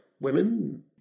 women